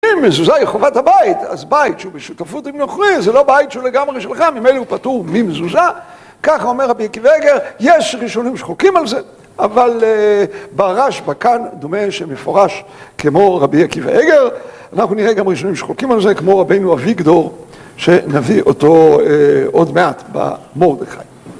אם מזוזה האיא חובת בית, אז בית שהוא בשותפות עם נוכרי, זה לא בית שהוא לגמרי שלך, ממילי הוא פתור ממזוזה. ככה אומר רבי יקיואגר, יש רשונים שחוקים על זה, אבל בראש, בקן, דומה שמפורש כמו רבי עקיבא, אנחנו נראה גם רשונים שחוקים על זה, כמו רבינו אביגדור, שנביא אותו עוד מעט במורדכי.